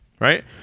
right